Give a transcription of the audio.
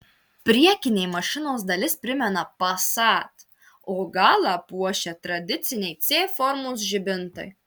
priekinė mašinos dalis primena passat o galą puošia tradiciniai c formos žibintai